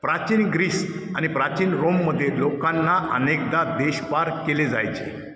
प्राचीन ग्रीस आणि प्राचीन रोममध्ये लोकांना अनेकदा देशपार केले जायचे